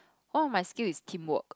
all of my skill is teamwork